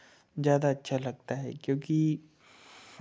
ज़्यादा अच्छा लगता है क्योंकि